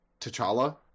t'challa